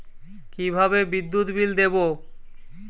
কিভাবে বিদ্যুৎ বিল দেবো?